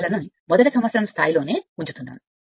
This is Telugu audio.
కాబట్టి మొదటి సంవత్సరం స్థాయిలో ఉంచే గణితం వివరాలు